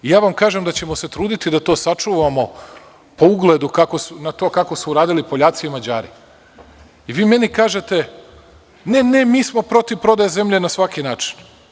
Kažem vam da ćemo se truditi da to sačuvamo po ugledu na to kako se to radili Poljaci i Mađari i vi meni kažete – ne, ne, mi smo protiv prodaje zemlje na svaki način.